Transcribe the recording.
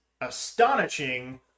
astonishing